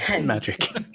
magic